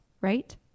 right